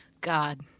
God